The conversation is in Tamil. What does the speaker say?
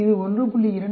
இது 1